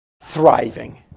thriving